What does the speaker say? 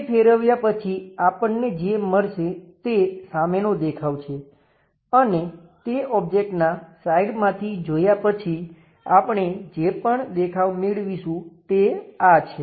તે ફેરવ્યા પછી આપણને જે મળશે તે સામેનો દેખાવ છે અને તે ઓબ્જેક્ટના સાઇડ માંથી જોયા પછી આપણે જે પણ દેખાવ મેળવીશું તે આ છે